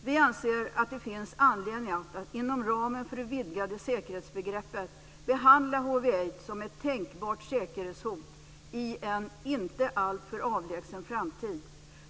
Vi anser att det finns anledning att inom ramen för det vidgade säkerhetsbegreppet behandla hiv/aids som ett tänkbart säkerhetshot i en inte alltför avlägsen framtid.